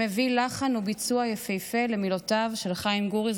שמביא לחן וביצוע יפהפה למילותיו של חיים גורי,